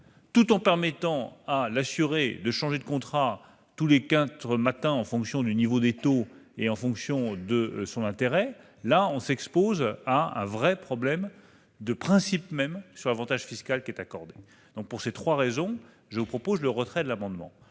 tout en permettant à l'assuré de changer de contrat tous les quatre matins, en fonction du niveau des taux et en fonction de son intérêt, on s'expose à un vrai problème de principe quant à l'avantage fiscal qui est accordé. Pour les trois raisons que je viens d'exposer, je vous propose de